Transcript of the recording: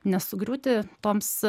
nesugriūti toms